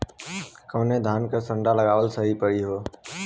कवने धान क संन्डा लगावल सही परी हो?